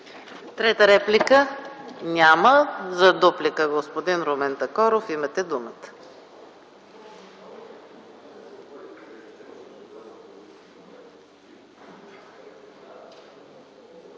Трета реплика? Няма. За дуплика – господин Такоров, имате думата.